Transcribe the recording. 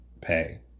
pay